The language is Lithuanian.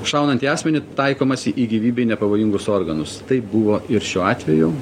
šaunant į asmenį taikomasi į gyvybei nepavojingus organus taip buvo ir šiuo atveju